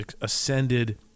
ascended –